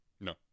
No